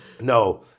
No